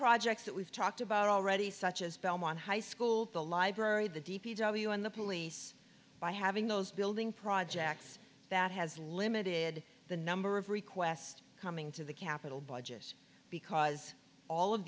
projects that we've talked about already such as belmont high school the library the d p w and the police by having those building projects that has limited the number of requests coming to the capital budget because all of